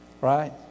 Right